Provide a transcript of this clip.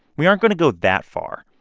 we aren't going to go that far.